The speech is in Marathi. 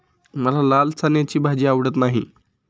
मला लाल चण्याची भाजी आवडत नाही